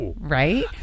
right